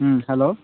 hello